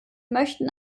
möchten